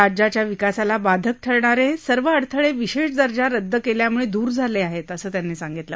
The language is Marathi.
राज्याच्या विकासाला बाधक ठरणारे सर्व अडथळे विशेष दर्जा रद्द केल्यामुळे दूर झाले आहेत असं त्यांनी सांगितलं